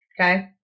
Okay